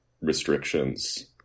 restrictions